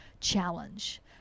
challenge